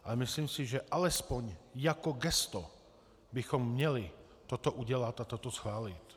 A myslím si, že alespoň jako gesto bychom měli toto udělat a toto schválit.